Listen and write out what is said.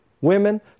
women